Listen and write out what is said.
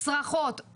צרחות,